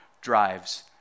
drives